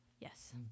Yes